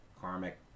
karmic